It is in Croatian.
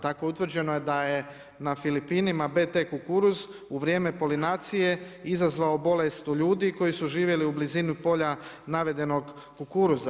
Tako, utvrđeno je da je na Filipinima BT kukuruz u vrijeme polinacije, izazvao bolest u ljudi koji su živjeli u blizini polja navedenog kukuruza.